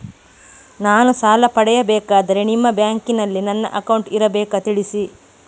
ನಾನು ಸಾಲ ಪಡೆಯಬೇಕಾದರೆ ನಿಮ್ಮ ಬ್ಯಾಂಕಿನಲ್ಲಿ ನನ್ನ ಅಕೌಂಟ್ ಇರಬೇಕಾ ತಿಳಿಸಿ?